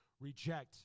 reject